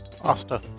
Asta